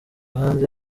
kandi